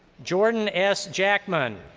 jordan s. jackman.